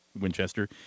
Winchester